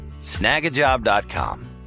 Snagajob.com